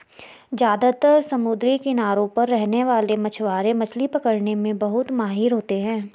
ज्यादातर समुद्री किनारों पर रहने वाले मछवारे मछली पकने में बहुत माहिर होते है